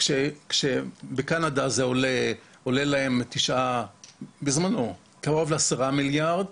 כשבקנדה זה עלה להם בזמנו, קרוב ל-10 מיליארד,